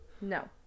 No